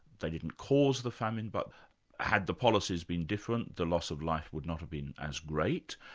they didn't cause the famine but had the policies been different the loss of life would not have been as great.